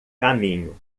caminho